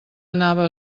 anava